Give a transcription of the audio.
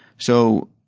so,